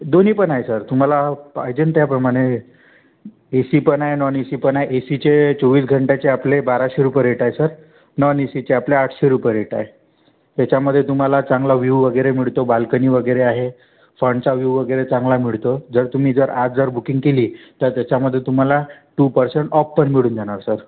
दोन्ही पण आहे सर तुम्हाला पाहिजे त्याप्रमाणे ए सी पण आहे नॉन ए सी पण आहे ए सीचे चोवीस घंट्याचे आपले बाराशे रुपये रेट आहे सर नॉन ए सीचे आपले आठशे रुपये रेट आहे त्याच्यामध्ये तुम्हाला चांगला व्ह्यू वगैरे मिळतो बाल्कनी वगैरे आहे फन्टचा व्यू वगैरे चांगला मिळतो जर तुम्ही जर आज जर बुकिंग केली तर त्याच्यामध्ये तुम्हाला टू पर्सेंट ऑप पण मिळून जाणार सर